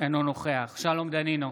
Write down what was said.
אינו נוכח שלום דנינו,